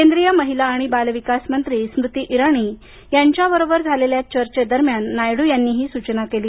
केंद्रीय महिला आणि बाल विकास मंत्री स्मृती इराणी यांच्याबरोबर झालेल्या चर्चॅदरम्यान नायडू यांनी ही सुचना केली